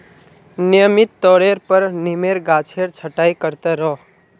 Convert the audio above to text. नियमित तौरेर पर नीमेर गाछेर छटाई कर त रोह